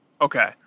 Okay